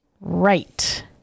Right